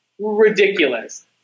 ridiculous